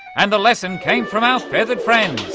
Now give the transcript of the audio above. and the lesson came from our feathered friends.